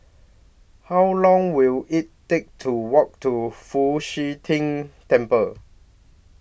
How Long Will IT Take to Walk to Fu Xi Tang Temple